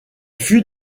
fut